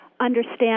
understand